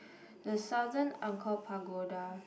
the Southern Angkor Pagoda